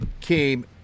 came